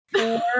four